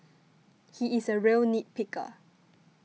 he is a real nit picker